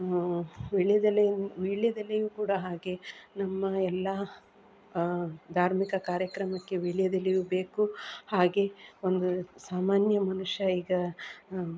ವೀಳ್ಯದೆಲೆಯಿಂದ ವೀಳ್ಯದೆಲೆಯು ಕೂಡ ಹಾಗೆ ನಮ್ಮ ಎಲ್ಲ ಧಾರ್ಮಿಕ ಕಾರ್ಯಕ್ರಮಕ್ಕೆ ವೀಳ್ಯದೆಲೆಯೂ ಬೇಕು ಹಾಗೆ ಒಂದು ಸಾಮಾನ್ಯ ಮನುಷ್ಯ ಈಗ